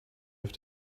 have